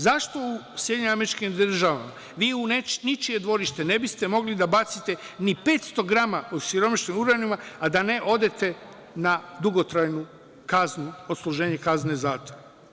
Zašto u SAD vi u ničije dvorište ne biste mogli da bacite ni 500 grama osiromašenog uranijuma, a da ne odete na dugotrajnu kaznu, odsluženje kazne zatvora.